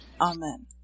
Amen